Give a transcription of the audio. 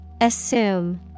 Assume